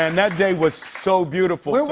and that day was so beautiful. where were